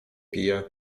pije